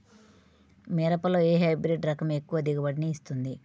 మిరపలో ఏ హైబ్రిడ్ రకం ఎక్కువ దిగుబడిని ఇస్తుంది?